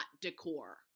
Decor